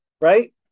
right